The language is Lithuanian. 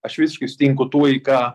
aš visiškai sutinku tuo į ką